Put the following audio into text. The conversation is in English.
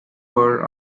burr